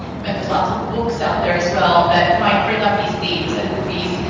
and there's lots of books out there as well that might bring up these themes and movies.